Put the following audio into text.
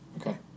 Okay